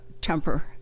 temper